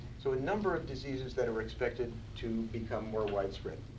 so a number of diseases that are expected to become more widespread.